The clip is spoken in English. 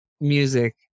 music